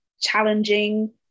challenging